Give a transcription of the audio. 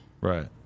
Right